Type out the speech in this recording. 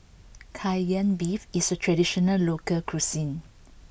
Kai Lan Beef is a traditional local cuisine